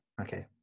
Okay